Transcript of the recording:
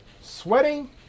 sweating